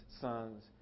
sons